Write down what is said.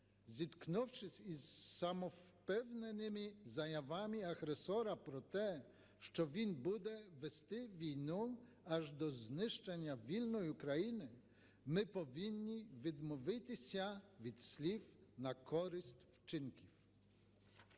зіткнувшись із самовпевненими заявами агресора про те, що він буде вести війну аж до знищення вільної України. Ми повинні відмовитися від слів на користь вчинків.